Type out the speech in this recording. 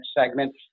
segment